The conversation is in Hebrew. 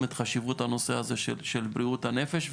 את חשיבות הנושא הזה של בריאות הנפש.